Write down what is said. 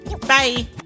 Bye